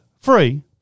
free